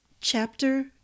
Chapter